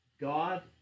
God